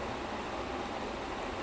orh okay